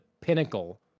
pinnacle